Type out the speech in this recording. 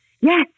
Yes